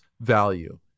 value